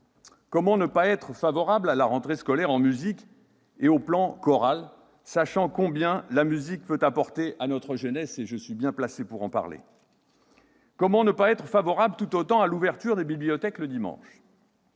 Comment ne pas être favorable à la rentrée scolaire en musique et au plan Chorales, sachant combien la musique peut apporter à notre jeunesse ? Je suis bien placé pour en parler ... Comment ne pas être tout autant favorable à l'ouverture des bibliothèques le dimanche ?